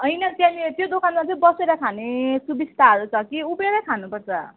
हैन त्यहाँनेरि त्यो दोकानमा चाहिँ बसेर खाने सुबिस्ताहरू छ कि उभिएर खानुपर्छ